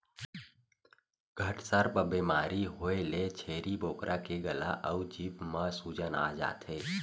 घटसर्प बेमारी होए ले छेरी बोकरा के गला अउ जीभ म सूजन आ जाथे